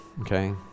okay